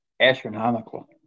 astronomical